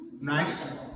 Nice